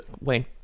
Wayne